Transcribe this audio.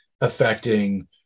affecting